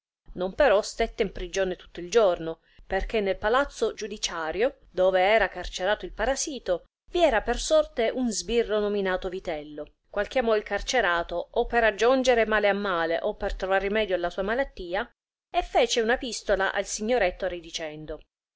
non però stette in prigione tutto il giorno perché nel palazzo giudiciario dove era carcerato il parasito vi era per sorte un sbirro nominato vitello qual chiamò il carcerato o per aggiongere male a male o per trovar rimedio alla sua malattia e fece una pistola al signor ettore dicendo